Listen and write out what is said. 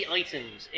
items